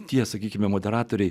tie sakykime moderatoriai